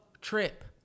trip